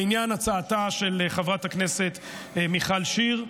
לעניין הצעתה של חברת הכנסת מיכל שיר,